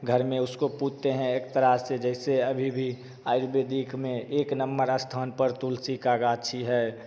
घर में उसको पूजते हैं एक तरह से जैसे अभी भी आयुर्वेदिक में एक नंबर स्थान पर तुलसी का गांछी है